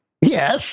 Yes